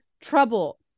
trouble